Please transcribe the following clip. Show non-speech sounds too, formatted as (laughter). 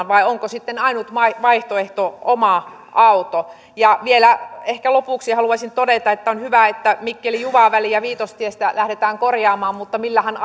(unintelligible) vai onko sitten ainut vaihtoehto oma auto vielä ehkä lopuksi haluaisin todeta että on hyvä että mikkeli juva väliä viitostiestä lähdetään korjaamaan mutta millähän (unintelligible)